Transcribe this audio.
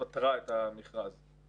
שפטרה את המנכ"ל ממכרז.